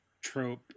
trope